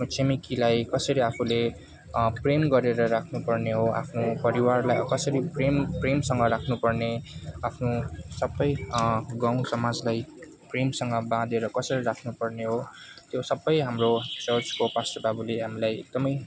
आफ्नो छिमेकीलाई कसरी आफूले प्रेम गरेर राख्नुपर्ने हो आफ्नो परिवारलाई कसरी प्रेम प्रेससँग राख्नुपर्ने हो आफ्नो सबै गाउँ समाजलाई प्रेमसँग बाँधेर कसरी राख्नुपर्ने हो त्यो सबै हाम्रो चर्चको पास्टर बाबुले हामीलाई एकदमै